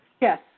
Yes